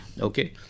okay